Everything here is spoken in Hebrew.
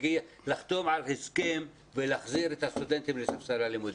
לחתום על הסכם ולהחזיר את הסטודנטים לספסל הלימודים.